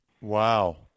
Wow